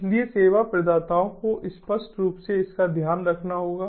इसलिए सेवा प्रदाताओं को स्पष्ट रूप से इसका ध्यान रखना होगा